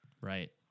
Right